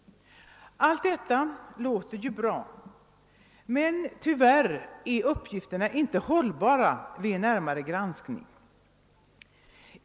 Allt detta låter ju bra, men uppgifterna håller tyvärr inte vid en närmare granskning.